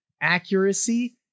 accuracy